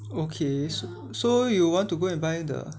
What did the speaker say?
okay s~ so you want to go and buy the